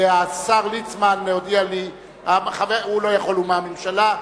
השר ליצמן הודיע לי, הוא לא יכול, הוא מהממשלה.